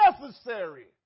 necessary